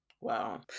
Wow